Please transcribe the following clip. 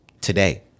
today